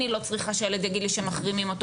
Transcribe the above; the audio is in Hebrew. אני לא צריכה שילד יגיד לי שמחרימים אותו,